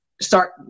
start